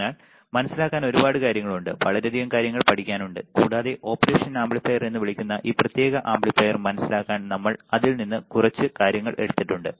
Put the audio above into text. അതിനാൽ മനസിലാക്കാൻ ഒരുപാട് കാര്യങ്ങളുണ്ട് വളരെയധികം കാര്യങ്ങൾ പഠിക്കാനുണ്ട് കൂടാതെ ഓപ്പറേഷൻ ആംപ്ലിഫയർ എന്ന് വിളിക്കുന്ന ഈ പ്രത്യേക ആംപ്ലിഫയർ മനസിലാക്കാൻ നമ്മൾ അതിൽ നിന്ന് കുറച്ച് കാര്യങ്ങൾ എടുത്തിട്ടുണ്ട്